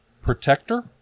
protector